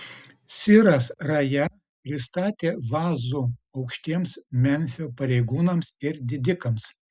siras raja pristatė vazų aukštiems memfio pareigūnams ir didikams